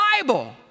Bible